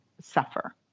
suffer